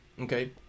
Okay